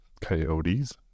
coyotes